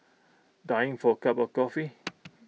dying for A cup of coffee